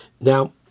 Now